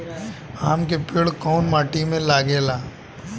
आम के पेड़ कोउन माटी में लागे ला?